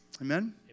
Amen